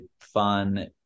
fun